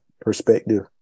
perspective